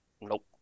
Nope